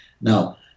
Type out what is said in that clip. Now